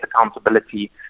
accountability